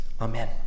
Amen